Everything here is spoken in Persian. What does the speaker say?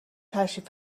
تشریف